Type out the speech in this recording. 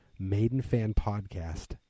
maidenfanpodcast